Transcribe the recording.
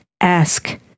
ask